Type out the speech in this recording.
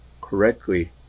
correctly